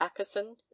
ackerson